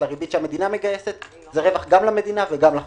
לבין הריבית שהמדינה מגייסת זה רווח גם למדינה וגם לחברה.